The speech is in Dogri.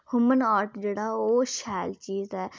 ह्यूमन आर्ट जेह्ड़ा ओह् शैल चीज ऐ